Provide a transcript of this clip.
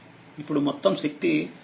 ఇప్పుడుమొత్తం శక్తి w1 w2ఇది2